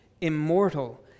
immortal